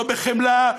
לא בחמלה,